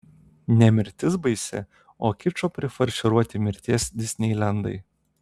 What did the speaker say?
ne mirtis baisi o kičo prifarširuoti mirties disneilendai